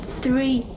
three